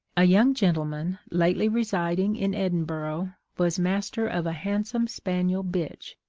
a young gentleman lately residing in edinburgh was master of a handsome spaniel bitch,